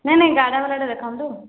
ନାଇଁ ନାଇଁ ଗାଢ଼ା ବାଲାଟା ଦେଖାନ୍ତୁ